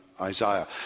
Isaiah